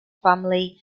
family